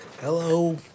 Hello